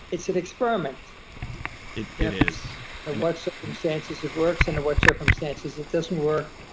it's an experiment it it is what circumstances it works and what circumstances it doesn't work?